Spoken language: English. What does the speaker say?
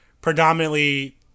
predominantly